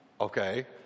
Okay